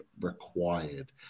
required